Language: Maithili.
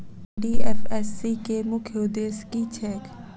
एन.डी.एफ.एस.सी केँ मुख्य उद्देश्य की छैक?